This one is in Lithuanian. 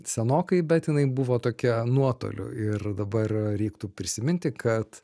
senokai bet jinai buvo tokia nuotoliu ir dabar reiktų prisiminti kad